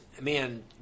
man